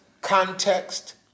context